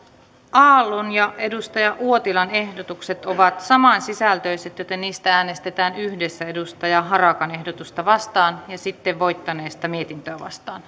aallon ja kari uotilan ehdotukset ovat samansisältöiset joten niistä äänestetään yhdessä timo harakan ehdotusta vastaan ja sitten voittaneesta mietintöä vastaan